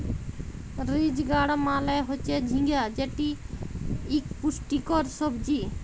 ridge gourd মালে হচ্যে ঝিঙ্গা যেটি ইক পুষ্টিকর সবজি